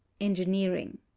engineering